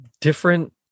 different